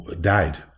died